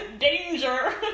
danger